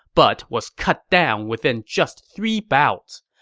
but was cut down within just three bouts.